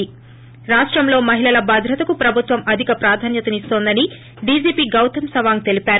ి రాష్టంలో మహిళల భద్రతకు ప్రభుత్వం అధిక ప్రాధాన్యత నిస్తోందని డీజీపీ గౌతం సవాంగ్ తెలిపారు